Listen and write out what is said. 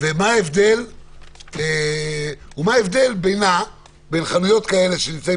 לגבי היחס בין גודל למספר